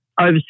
over